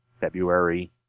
February